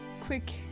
quick